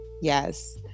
Yes